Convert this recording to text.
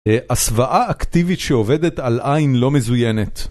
הסוואה אקטיבית שעובדת על עין לא מזוינת.